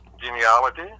genealogy